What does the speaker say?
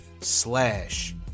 slash